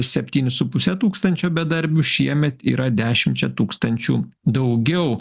septyni su puse tūkstančio bedarbių šiemet yra dešimčia tūkstančių daugiau